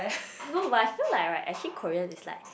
no but I feel like right actually Korean is like